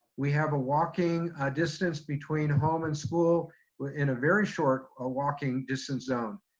we have a walking distance between home and school in a very short ah walking distance zone.